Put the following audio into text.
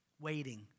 Waiting